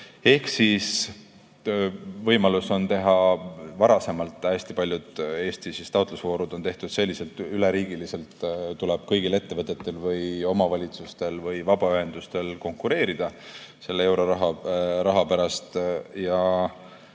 Ehk võimalus on teha [teisiti]. Varem on hästi paljud Eesti taotlusvoorud tehtud selliselt, et üleriigiliselt tuleb kõigil ettevõtetel, omavalitsustel või vabaühendustel konkureerida selle euroraha raha pärast. Ja